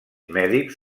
mèdics